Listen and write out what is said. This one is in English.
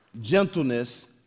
gentleness